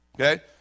okay